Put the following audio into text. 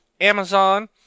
Amazon